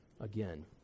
again